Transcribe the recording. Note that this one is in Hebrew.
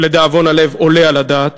ולדאבון הלב עולה על הדעת,